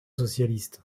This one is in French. socialiste